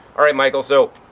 alright, michael. so,